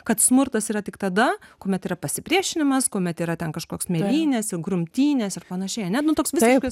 kad smurtas yra tik tada kuomet yra pasipriešinimas kuomet yra ten kažkoks mėlynės grumtynės ir panašiai nu toks visiškas